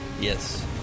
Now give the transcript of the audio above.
Yes